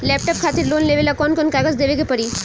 Laptop खातिर loan लेवे ला कौन कौन कागज देवे के पड़ी?